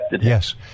Yes